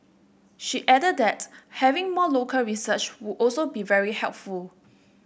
she added that having more local research would also be very helpful